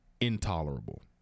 intolerable